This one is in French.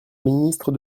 ministre